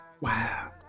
Wow